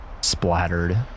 splattered